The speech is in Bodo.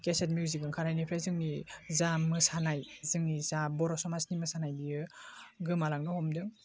केसेट मिउजिक ओंखारनायनिफ्राइ जोंनि जा मोसानाय जोंनि जा बर' समाजनि मोसानाय बियो गोमालांनो हमदों